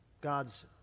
God's